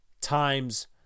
times